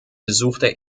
besuchte